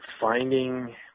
finding